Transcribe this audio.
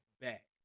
back